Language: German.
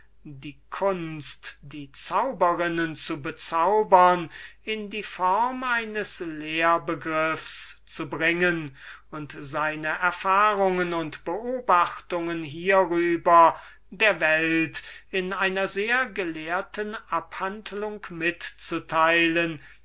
die kunst die zauberinnen zu bezaubern in die form eines lehr begriffs zu bringen und seine erfahrungen und beobachtungen hierüber der welt in einer sehr gelehrten abhandlung mitzuteilen